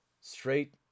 Straight